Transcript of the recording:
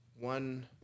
one